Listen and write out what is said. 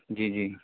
جی جی